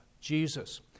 Jesus